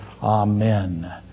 Amen